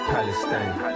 Palestine